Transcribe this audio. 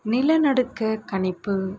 நிலநடுக்க கணிப்பு